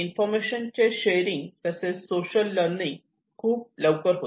information sharing तसेच social learning खूप लवकर होते